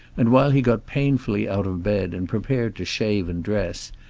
and while he got painfully out of bed and prepared to shave and dress,